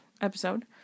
episode